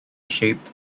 shaped